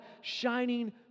shining